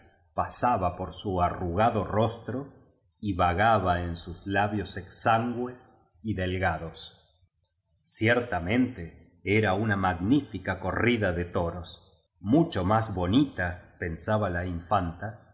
pasaba por su arrugado rostro y cagaba en sus labios exangües y del gados ciertamente era una magnífica corrida de toros mucho más bonita pensaba la infanta